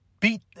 Beat